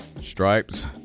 stripes